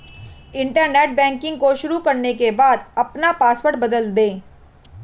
internet banking को शुरू करने के बाद अपना पॉसवर्ड बदल दे